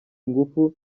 ingufu